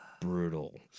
brutal